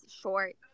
short